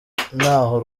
ntaho